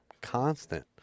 constant